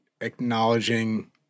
acknowledging